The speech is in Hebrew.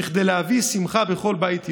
כדי להביא שמחה לכל בית יהודי.